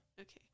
Okay